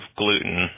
gluten